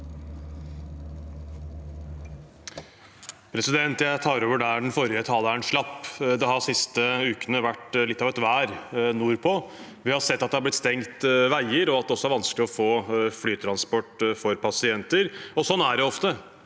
Jeg tar over der den forrige taleren slapp. Det har de siste ukene vært litt av et vær nordpå. Vi har sett at det har blitt stengt veier, og at det også er vanskelig å få flytransport for pasienter. Sånn er det ofte